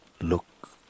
look